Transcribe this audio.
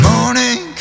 Morning